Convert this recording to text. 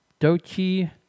Dochi